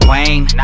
Wayne